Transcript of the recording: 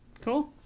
Cool